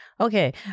Okay